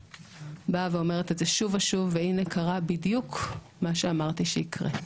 אני אומרת את זה שוב ושוב והנה קרה בדיוק מה שאמרתי שיקרה.